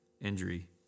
injury